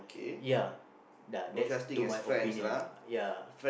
ya lah that's to my opinion uh ya